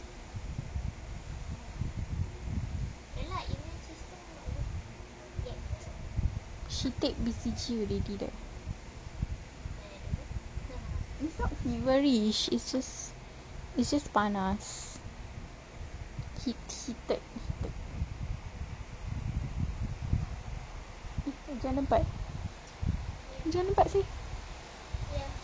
she take B_C_G already it's not feverish it's just panas heat heated eh hujan lebat hujan lebat seh